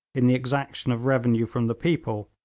in the exaction of revenue from the people,